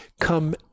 come